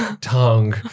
tongue